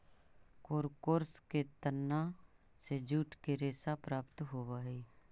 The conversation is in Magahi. कोरकोरस के तना से जूट के रेशा प्राप्त होवऽ हई